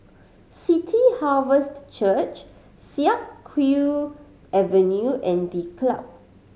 City Harvest Church Siak Kew Avenue and The Club